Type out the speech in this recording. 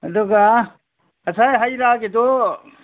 ꯑꯗꯨꯒ ꯉꯁꯥꯏ ꯍꯩ ꯔꯥꯒꯤꯗꯣ